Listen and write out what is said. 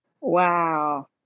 Wow